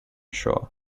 shore